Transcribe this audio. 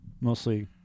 Mostly